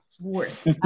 worse